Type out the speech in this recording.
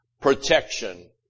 protection